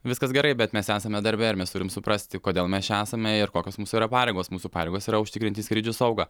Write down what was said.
viskas gerai bet mes esame darbe ir mes turim suprasti kodėl mes čia esame ir kokios mūsų yra pareigos mūsų pareigos yra užtikrinti skrydžių saugą